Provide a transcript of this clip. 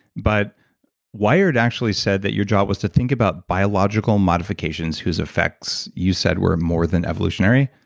but wired actually said that your job was to think about biological modifications whose effects you said were more than evolutionary.